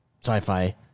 sci-fi